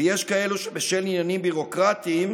ויש כאלה שבשל עניינים ביורוקרטיים,